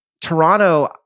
Toronto